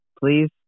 Please